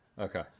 okay